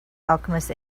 alchemist